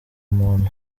muntu